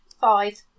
Five